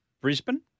Brisbane